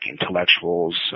intellectuals